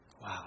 Wow